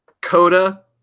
Coda